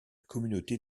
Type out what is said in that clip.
communauté